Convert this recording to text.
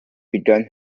began